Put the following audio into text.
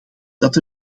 dat